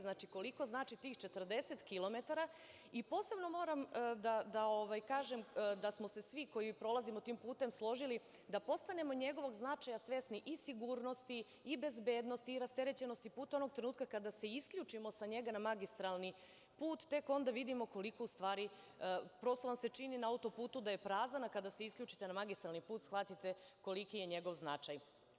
Znači, koliko znači tih 40 kilometara i posebno moram da kažem da smo se svi koji prolazimo tim putem složili da postanemo njegovog značaja svesni, i sigurnosti, i bezbednosti, i rasterećenosti puta, onog trenutka kada se isključimo sa njega na magistralni put, tek onda vidimo koliko ustvari, prosto vam se čini na autoputu da je prazan, a kada se isključite na magistralni put shvatite koliki je njegov značaj.